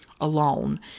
alone